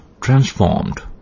Transformed